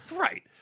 right